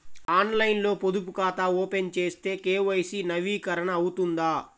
ఆన్లైన్లో పొదుపు ఖాతా ఓపెన్ చేస్తే కే.వై.సి నవీకరణ అవుతుందా?